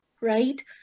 right